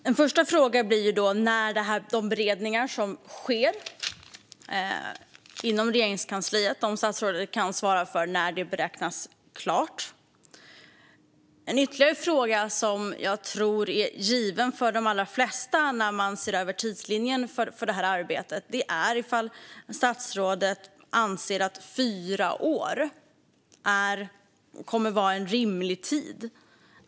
Fru talman! En första fråga blir då om statsrådet kan svara på när de beredningar som sker inom Regeringskansliet beräknas vara klara. En ytterligare fråga som jag tror är given för de allra flesta när man ser över tidslinjen för detta arbete är om statsrådet anser att fyra år är en rimlig tid.